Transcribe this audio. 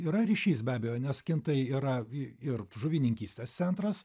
yra ryšys be abejo nes kinta yra i ir žuvininkystės centras